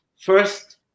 first